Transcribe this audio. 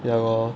ya lor